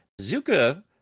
Zuka